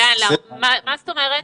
מה זאת אומרת?